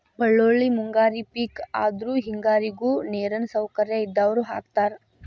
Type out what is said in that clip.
ಬಳ್ಳೋಳ್ಳಿ ಮುಂಗಾರಿ ಪಿಕ್ ಆದ್ರು ಹೆಂಗಾರಿಗು ನೇರಿನ ಸೌಕರ್ಯ ಇದ್ದಾವ್ರು ಹಾಕತಾರ